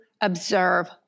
observe